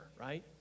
right